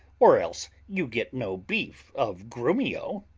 or else you get no beef of grumio.